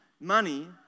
money